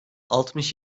altmış